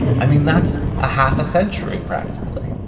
i mean, that's a half a century practically.